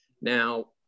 Now